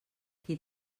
qui